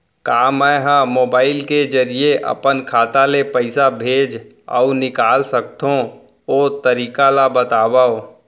का मै ह मोबाइल के जरिए अपन खाता ले पइसा भेज अऊ निकाल सकथों, ओ तरीका ला बतावव?